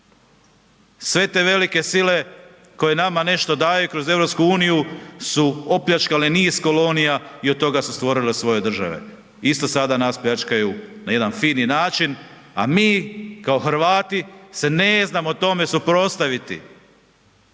Sve te velike sile koje nama nešto daju kroz EU su opljačkali niz kolonija i od toga su stvorile svoje države. Isto sada nas pljačkaju na jedan fin način, a mi kao Hrvati se ne znamo tome suprotstaviti.